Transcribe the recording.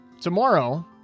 tomorrow